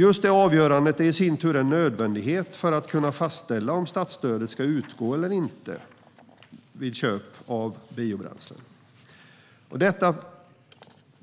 Just det avgörandet är i sin tur nödvändigt för att det ska gå att fastställa om statsstödet ska utgå eller inte vid köp av biobränslen. Detta